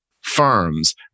firms